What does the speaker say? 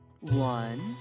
One